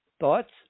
thoughts